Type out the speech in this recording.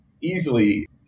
easily